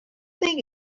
think